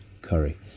curry